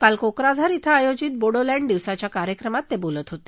काल कोक्राझार कें आयोजित बोडोलँड दिवसाच्या कार्यक्रमात ते बोलत होते